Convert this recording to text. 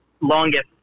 longest